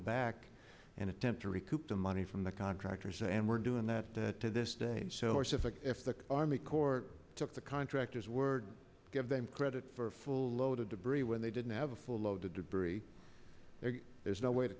back and attempt to recoup the money from the contractors and we're doing that to this day or so if a if the army corps took the contractors word give them credit for a full load of debris when they didn't have a full load of debris there is no way to